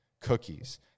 Cookies